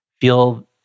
feel